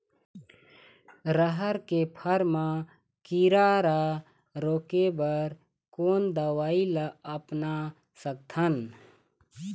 रहर के फर मा किरा रा रोके बर कोन दवई ला अपना सकथन?